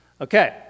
Okay